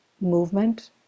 movement